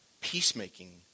peacemaking